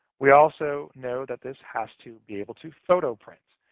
we also know that this has to be able to photo print.